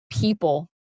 people